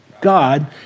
God